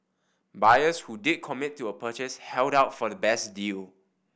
buyers who did commit to a purchase held out for the best deal